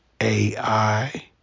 AI